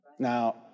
Now